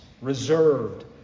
reserved